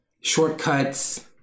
shortcuts